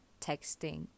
texting